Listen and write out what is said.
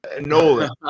Nolan